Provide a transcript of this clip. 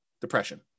depression